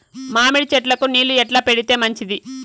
మామిడి చెట్లకు నీళ్లు ఎట్లా పెడితే మంచిది?